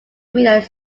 read